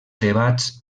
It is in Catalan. debats